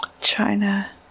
China